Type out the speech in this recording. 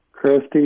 Christy